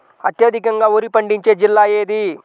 అత్యధికంగా వరి పండించే జిల్లా ఏది?